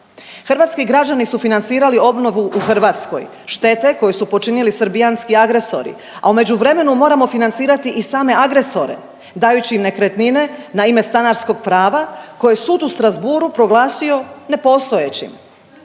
Hrvatski građani su financirali obnovu u Hrvatskoj, štete koje su počinili srbijanski agresori, a u međuvremenu moramo financirati i same agresore dajući im nekretnine na ime stanarskog prava koje je sud u Strasbourgu proglasio nepostojećim.